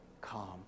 calm